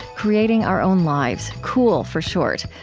creating our own lives, cool for short,